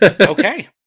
Okay